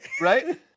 Right